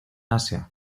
asia